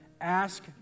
Ask